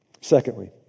Secondly